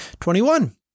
Twenty-one